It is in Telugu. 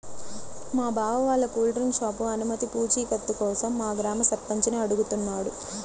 మా బావ వాళ్ళ కూల్ డ్రింక్ షాపు అనుమతి పూచీకత్తు కోసం మా గ్రామ సర్పంచిని అడుగుతున్నాడు